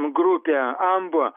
grupė anbo